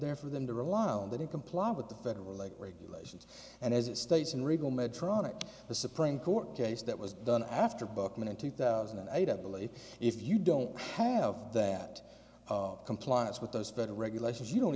there for them to rely on they didn't comply with the federal regulations and as it states in regal medtronic the supreme court case that was done after bookman in two thousand and eight i believe if you don't have that compliance with those federal regulations you don't